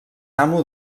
amo